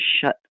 shut